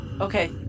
okay